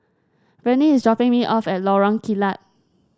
Vernie is dropping me off at Lorong Kilat